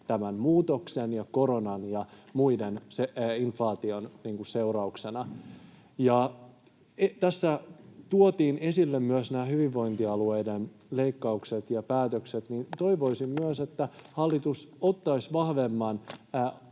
tämän muutoksen ja koronan, inflaation ja muiden seurauksena. Tässä tuotiin esille myös nämä hyvinvointialueiden leikkaukset ja päätökset. Toivoisin myös, että hallitus ottaisi vahvemman